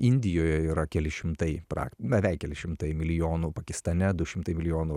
indijoje yra keli šimtai pra na beveik keli šimtai milijonų pakistane du šimtai milijonų